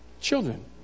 children